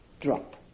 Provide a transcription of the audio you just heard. drop